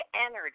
energy